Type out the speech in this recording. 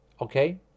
Okay